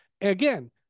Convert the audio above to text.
again